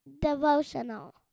devotional